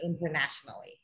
internationally